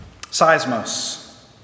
Seismos